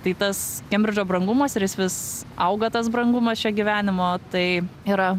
tai tas kembridžo brangumas ir jis vis auga tas brangumas čia gyvenimo tai yra